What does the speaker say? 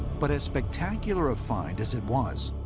but as spectacular a find as it was,